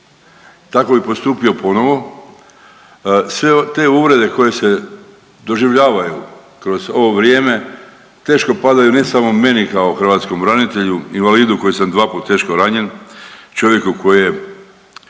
Tako bi postupio ponovo. Sve te uvrede koje se doživljavaju kroz ovo vrijeme teško padaju ne samo meni kao hrvatskom branitelju, invalidu koji sam dva puta teško ranjen, čovjeku koji je